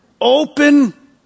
open